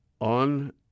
on